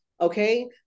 Okay